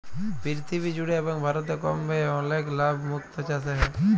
পীরথিবী জুড়ে এবং ভারতে কম ব্যয়ে অলেক লাভ মুক্ত চাসে হ্যয়ে